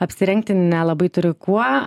apsirengti nelabai turi kuo